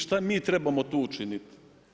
Što mi trebamo tu učiniti?